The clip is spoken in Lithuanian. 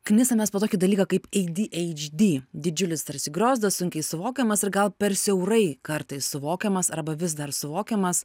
knisamės po tokį dalyką kaip ei dy eidž dy didžiulis tarsi griozdas sunkiai suvokiamas ir gal per siaurai kartais suvokiamas arba vis dar suvokiamas